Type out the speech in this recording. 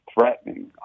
threatening